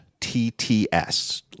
TTS